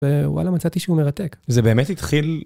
ווואלה, מצאתי שהוא מרתק. זה באמת התחיל...